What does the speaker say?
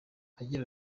agira